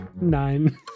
Nine